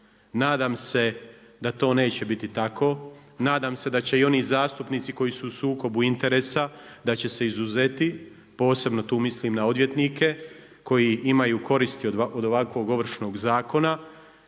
Nadam se da to neće biti tako, nadam se da će i oni zastupnici koji su u sukobu interesa, da će se izuzeti, posebno tu mislim na odvjetnike koje imaju koristi od ovakvog Ovršnog zakona.